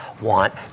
want